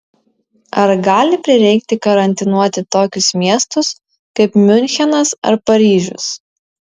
ar gali prireikti karantinuoti tokius miestus kaip miunchenas ar paryžius